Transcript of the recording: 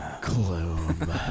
gloom